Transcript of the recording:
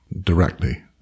directly